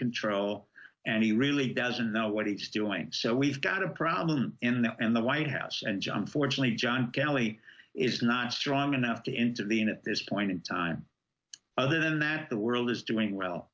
control and he really doesn't know what he's doing so we've got a problem in the in the white house and john fortunately john kelly is not strong enough to intervene at this point in time other than that the world is doing well